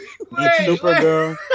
Supergirl